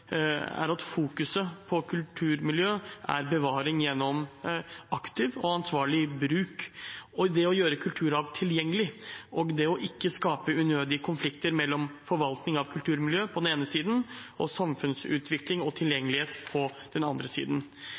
på bevaring gjennom aktiv og ansvarlig bruk og det å gjøre kulturarv tilgjengelig, og på det ikke å skape unødige konflikter mellom forvaltning av kulturmiljø på den ene siden, og samfunnsutvikling og tilgjengelighet på den andre siden.